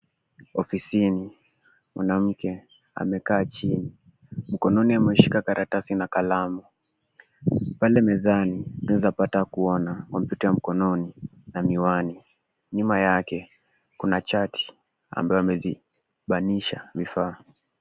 Ofisini, mwanamke amekaa chini, mkononi ameshika karatasi na kalamu. Pale mezani tunaeza pata kuona kompyuta ya mkononi na miwani. Nyuma yake kuna chati ambayo amezi banisha vifaa.